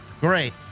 Great